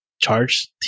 charge